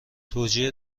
توجیه